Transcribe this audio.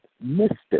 mister